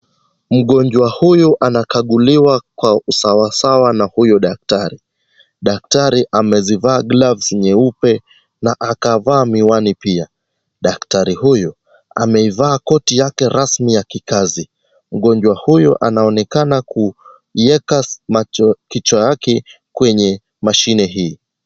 Mgonjwa huyu anakaguliwa kwa usawasawa na huyu daktari. Daktari amezivaa gloves nyeupe na akavaa miwani pia. Daktari huyu ameivaa koti yake rasmi ya kikazi. Mgonjwa huyu anaonekana kuieka macho, kichwa yake kwenye mashine hii.